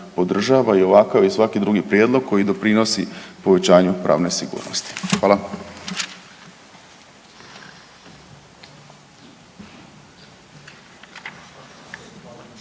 podržava i ovakav i svaki drugi prijedlog koji doprinosi povećanju pravne sigurnosti. Hvala.